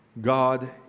God